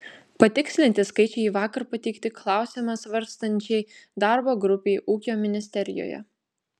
patikslinti skaičiai vakar pateikti klausimą svarstančiai darbo grupei ūkio ministerijoje